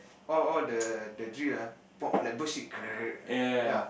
all all the the drill ah pom like birdshit grr ya